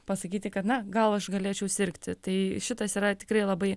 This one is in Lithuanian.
pasakyti kad na gal aš galėčiau sirgti tai šitas yra tikrai labai